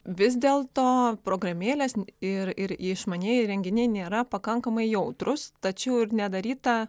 vis dėlto programėlės ir ir išmanieji įrenginiai nėra pakankamai jautrūs tačiau ir nedaryta